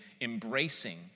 embracing